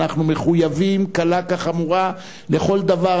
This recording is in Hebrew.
אנחנו מחויבים קלה כחמורה לכל דבר,